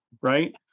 Right